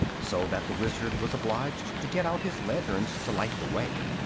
so that the wizard was obliged to get out his lanterns to light the way.